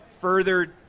further